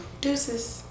Deuces